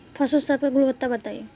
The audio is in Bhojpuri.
पशु सब के गुणवत्ता बताई?